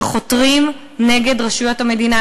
שחותרים נגד רשויות המדינה.